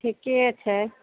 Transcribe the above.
ठीके छै